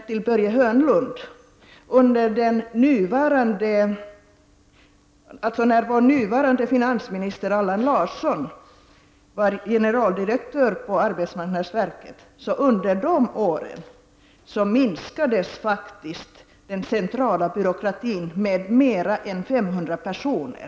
Till Börje Hörnlund vill jag säga att den centrala byråkratin under de år då vår nuvarande finansminister Allan Larsson var generaldirektör på arbetsmarknadsverket faktiskt minskades med mer än 500 personer.